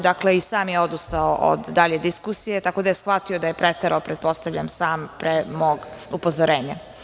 Dakle, i sam je odustao od dalje diskusije, tako da je shvatio da je preterao, pretpostavljam, sam pre mog upozorenja.